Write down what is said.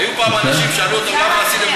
היו פעם אנשים, שאלו אותם: למה עשיתם?